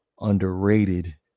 underrated